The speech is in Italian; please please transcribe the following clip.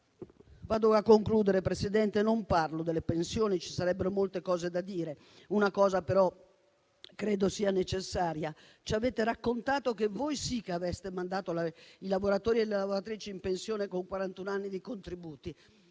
Vado a concludere, Presidente. Non parlo delle pensioni, su cui ci sarebbero molte cose da dire. Una cosa però credo sia necessaria: ci avete raccontato che voi sì che avreste mandato i lavoratori e le lavoratrici in pensione con quarantuno anni di contributi.